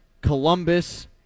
Columbus